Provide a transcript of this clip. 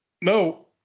No